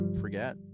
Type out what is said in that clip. forget